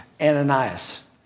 Ananias